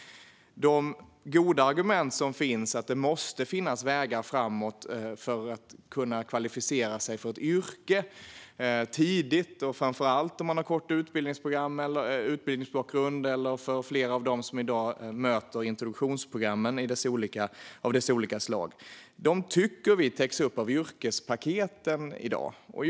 Det finns goda argument, till exempel att det måste finnas vägar framåt för att man tidigt ska kunna kvalificera sig för ett yrke och framför allt om man har kort utbildningsbakgrund eller om man är en av dem som vi i dag möter i introduktionsprogram av olika slag. Vi tycker dock att allt detta täcks upp av dagens yrkespaket.